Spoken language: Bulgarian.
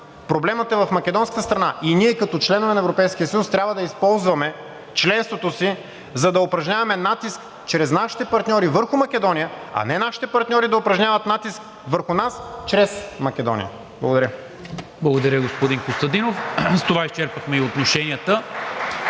проблемът е в македонската страна и ние като членове на Европейския съюз трябва да използваме членството си, за да упражняваме натиск чрез нашите партньори върху Македония, а не нашите партньори да упражняват натиск върху нас чрез Македония. Благодаря. (Ръкопляскания от